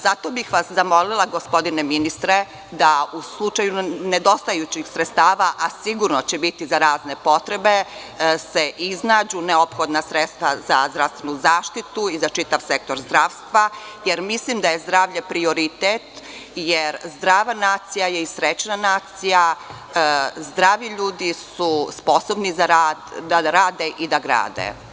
Zamolila bih vas, gospodine ministre, da u slučaju nedostajućih sredstava, a sigurno će biti za razne potrebe, se iznađu neophodnasredstva za zdravstvenu zaštitu i za čitav sektor zdravstva, jer mislim da je zdravlje prioritet, jer zdrava nacija je i srećna nacija, zdravi ljudi su sposobni da rade i da grade.